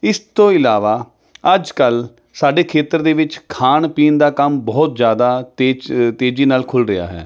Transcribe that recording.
ਇਸ ਤੋਂ ਇਲਾਵਾ ਅੱਜ ਕੱਲ੍ਹ ਸਾਡੇ ਖੇਤਰ ਦੇ ਵਿੱਚ ਖਾਣ ਪੀਣ ਦਾ ਕੰਮ ਬਹੁਤ ਜ਼ਿਆਦਾ ਤੇਜ਼ ਤੇਜ਼ੀ ਨਾਲ ਖੁੱਲ ਰਿਹਾ ਹੈ